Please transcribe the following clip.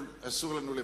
אסור לנו לוותר.